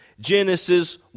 Genesis